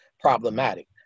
problematic